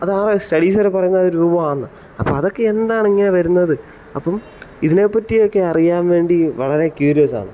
ആ സ്റ്റഡീസ് വരെ പറയുന്നത് രൂപമാണ് എന്നാണ് അപ്പോൾ അതൊക്കെ എന്താണ് ഇങ്ങനെ വരുന്നത് അപ്പം ഇതിനെ പറ്റിയൊക്കെ അറിയാൻ വേണ്ടി വളരെ ക്യൂരിയസ്സാണ്